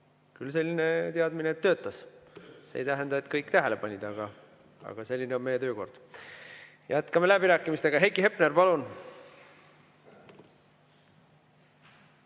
küll selline teadmine, et töötas. See ei tähenda, et kõik tähele panid, aga selline on meie töökord. Jätkame läbirääkimisi. Heiki Hepner, palun!